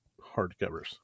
hardcovers